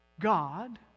God